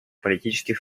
политических